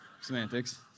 semantics